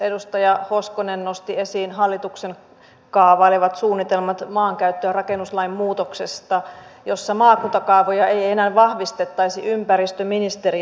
edustaja hoskonen nosti esiin hallituksen kaavailemat suunnitelmat maankäyttö ja rakennuslain muutoksesta jossa maakuntakaavoja ei enää vahvistettaisi ympäristöministeriössä